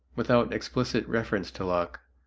without explicit reference to locke,